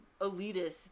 elitist